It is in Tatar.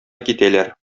китәләр